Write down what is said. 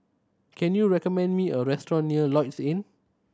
can you recommend me a restaurant near Lloyds Inn